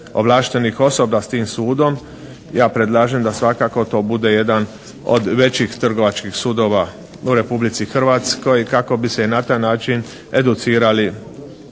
ovlaštenih osoba s tim sudom, ja predlažem da svakako to bude jedan od većih trgovačkih sudova u Republici Hrvatskoj kako bi se i na taj način educirali